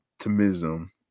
optimism